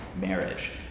marriage